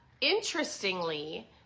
Interestingly